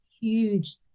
huge